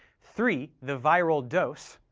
three, the viral dose.